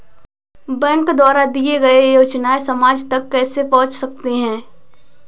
Bank द्वारा दिए गए योजनाएँ समाज तक कैसे पहुँच सकते हैं?